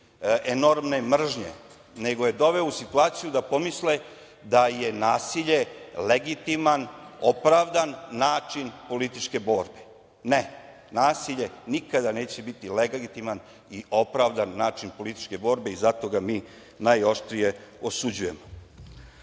enormne mržnje, nego je doveo u situaciju da pomisle da je nasilje legitiman, opravdan način političke borbe. Ne, nasilje nikada neće biti legitiman i opravdan način političke borbe i zato ga mi najoštrije osuđujemo.